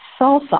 salsa